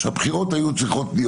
שהבחירות לרבנות היו צריכות להיות